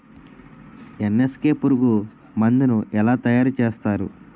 NSK పురుగు మందు ను ఎలా తయారు చేస్తారు?